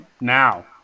now